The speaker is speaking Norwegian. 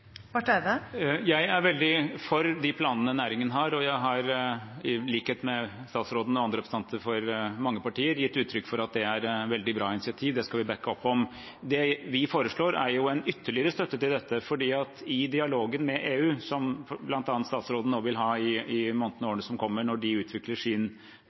Jeg er veldig for de planene næringen har, og jeg har – i likhet med statsråden og andre representanter for mange partier – gitt uttrykk for at det er et veldig bra initiativ, det skal vi bakke opp. Det vi foreslår, er en ytterligere støtte til dette, for i dialogen med EU, som bl.a. statsråden vil ha i månedene og årene som kommer, når de utvikler sin